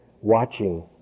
watching